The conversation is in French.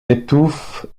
étouffe